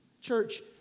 church